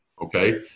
Okay